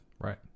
Right